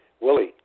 Willie